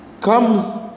comes